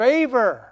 Favor